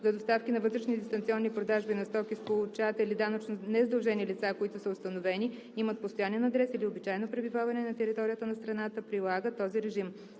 за доставки на вътрешни дистанционни продажби на стоки, с получатели данъчно незадължени лица, които са установени, имат постоянен адрес или обичайно пребиваване на територията на страната, прилага този режим.